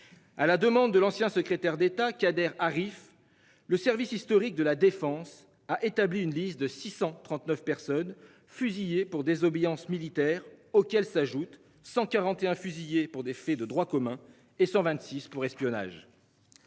À la demande de l'ancien secrétaire d'État Kader Arif, le service historique de la Défense a établi une liste de 639 personnes fusillées pour désobéissance militaire auxquels s'ajoutent 141 fusillés pour des faits de droit commun et 126 pour espionnage.